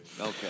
Okay